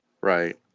Right